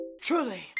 truly